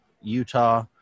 Utah